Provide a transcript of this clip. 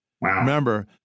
Remember